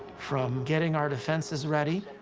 from getting our defenses ready